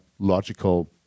Logical